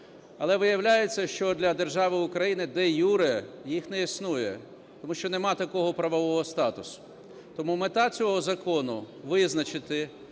Але виявляється, що для держави України де-юре їх не існує, тому що нема такого правового статусу. Тому мета цього закону визначити